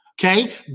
Okay